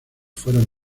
fueron